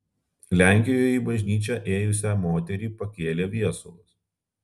lenkijoje į bažnyčią ėjusią moterį pakėlė viesulas